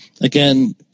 Again